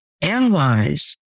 analyze